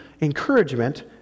encouragement